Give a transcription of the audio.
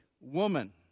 woman